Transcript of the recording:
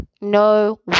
no